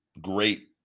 great